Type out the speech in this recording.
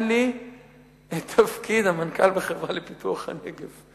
לי את תפקיד המנכ"ל בחברה לפיתוח הנגב.